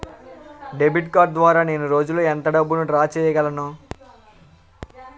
Debit card ద్వారా నేను రోజు లో ఎంత డబ్బును డ్రా చేయగలను?